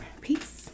Peace